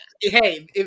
Hey